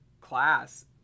class